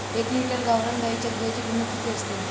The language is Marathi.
एक लिटर गावरान गाईच्या दुधाची किंमत किती असते?